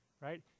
right